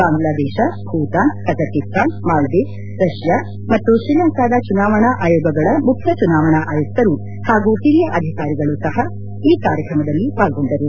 Bangladesh Bhutan Kazakhstan Maldives Russia ಮತ್ತು ಶ್ರೀಲಂಕಾದ ಚುನಾವಣಾ ಆಯೋಗಗಳ ಮುಖ್ಯ ಚುನಾವಣಾ ಆಯುಕ್ತರು ಹಾಗೂ ಹಿರಿಯ ಅಧಿಕಾರಿಗಳು ಸಹ ಈ ಕಾರ್ಯಕ್ರಮದಲ್ಲಿ ಪಾಲ್ಗೊಂಡರು